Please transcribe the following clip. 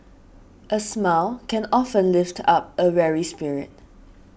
a smile can often lift up a weary spirit